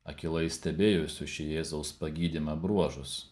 akylai stebėjusių šį jėzaus pagydymą bruožus